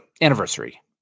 anniversary